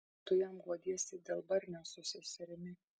tu jam guodiesi dėl barnio su seserimi